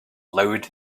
loud